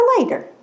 later